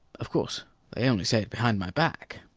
of course they only say it behind my back.